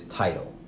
title